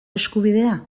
eskubidea